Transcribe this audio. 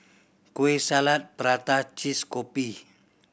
Kueh Salat prata cheese kopi